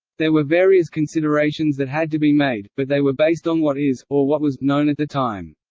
there were various considerations that had to be made, but they were based on what is, or what was, known at the time.